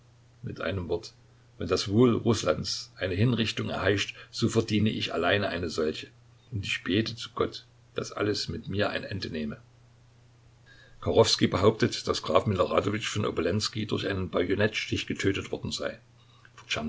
mit einem wort wenn das wohl rußlands eine hinrichtung erheischt so verdiene ich allein eine solche und ich bete zu gott daß alles mit mir ein ende nehme